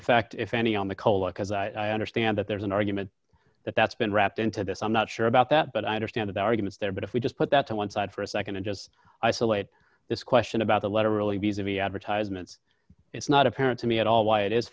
effect if any on the cola because i understand that there's an argument that that's been wrapped into this i'm not sure about that but i understand the arguments there but if we just put that to one side for a nd and just isolate this question about the letter really because of the advertisement it's not apparent to me at all why it is